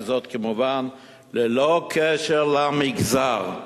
וזאת כמובן ללא קשר למגזר.